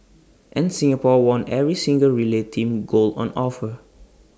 and Singapore won every single relay team gold on offer